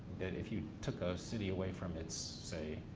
that if you took a city away from its, say,